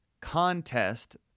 contest